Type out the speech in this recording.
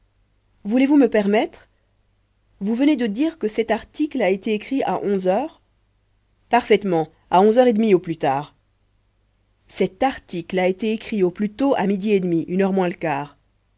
voulez-vous me permettre vous venez de dire que cet article a été écrit à onze heures parfaitement onze heures et demie au plus tard cet article a été écrit au plus tôt à midi et demi une heure moins le quart